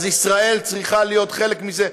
אז ישראל צריכה להיות חלק מזה.